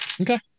Okay